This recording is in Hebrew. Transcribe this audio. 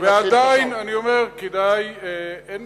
ועדיין אין